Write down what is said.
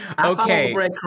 Okay